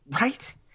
Right